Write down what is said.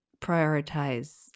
prioritize